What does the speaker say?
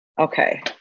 Okay